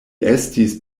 estis